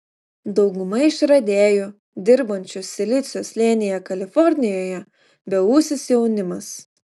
dauguma išradėjų dirbančių silicio slėnyje kalifornijoje beūsis jaunimas